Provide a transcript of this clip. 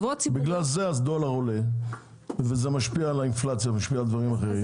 בגלל זה הדולר עולה וזה משפיע על האינפלציה ועל דברים אחרים.